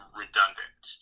redundant